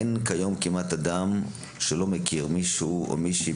אין כיום כמעט אדם שלא מכיר מישהו או מישהי,